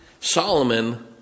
Solomon